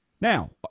now